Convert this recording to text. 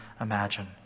imagine